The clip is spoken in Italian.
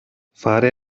fare